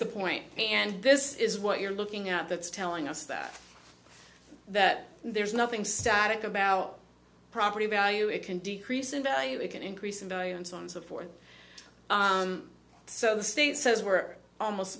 the point and this is what you're looking at that's telling us that that there is nothing static about property value it can decrease in value it can increase in value and so on so forth so the state says we're almost